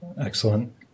Excellent